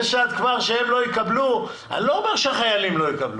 אני לא אומר שהחיילים לא יקבלו.